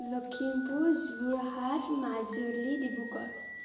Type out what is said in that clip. Lakhimpur Jorhat Majuli Dibrugarh